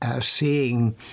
seeing